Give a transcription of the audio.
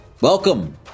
welcome